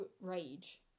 rage